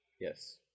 Yes